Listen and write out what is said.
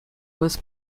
was